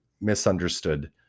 misunderstood